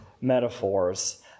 metaphors